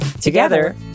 Together